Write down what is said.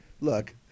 look